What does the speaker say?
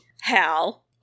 Hal